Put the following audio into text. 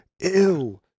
Ew